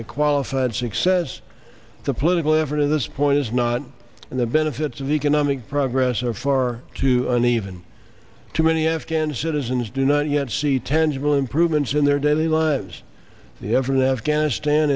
a qualified success the political effort at this point is not in the benefits of economic progress or far too uneven too many afghan citizens do not yet see tangible improvements in their daily lives the ever in afghanistan